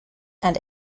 and